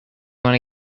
wanna